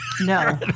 no